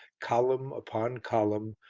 column upon column,